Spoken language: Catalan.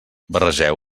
barregeu